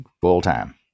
full-time